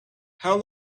how